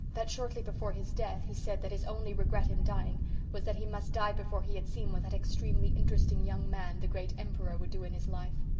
that shortly before his death he said that his only regret in dying was that he must die before he had seen what that extremely interesting young man, the german emperor would do in his life.